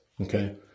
Okay